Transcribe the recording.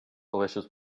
delicious